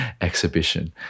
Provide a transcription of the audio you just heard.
exhibition